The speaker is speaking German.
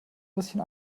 bisschen